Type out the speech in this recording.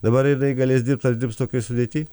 dabar jinai galės dirbt ar dirbs tokioj sudėty